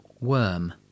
Worm